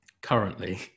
currently